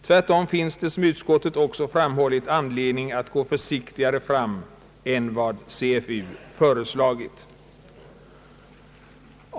Tvärtom finns det, som utskottet också framhållit, anledning att gå försiktigare fram än vad CFU föreslagit.